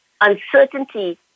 uncertainty